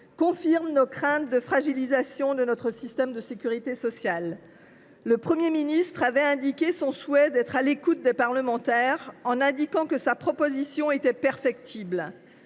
confirme nos craintes de voir notre modèle de sécurité sociale fragilisé. Le Premier ministre avait dit son souhait d’être à l’écoute des parlementaires en indiquant que sa proposition était perfectible.